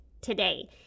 today